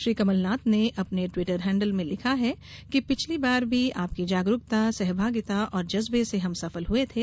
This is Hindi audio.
श्री कमलनाथ ने अपने ट्वीटर हैंडल में लिखा है कि पिछली बार भी आपकी जागरूकता सहभागिता और जज़्बे से हम सफल हुए थे